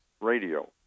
radio